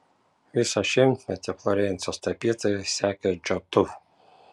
visą šimtmetį florencijos tapytojai sekė džotu